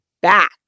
back